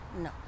No